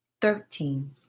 Thirteen